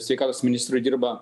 sveikatos ministrui dirba